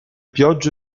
piogge